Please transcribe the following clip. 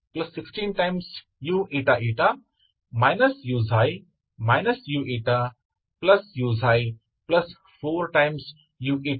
ಇದು ನನಗೆ uξ η13u29 ನೀಡುತ್ತದೆ